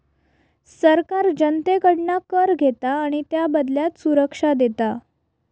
सरकार जनतेकडना कर घेता आणि त्याबदल्यात सुरक्षा देता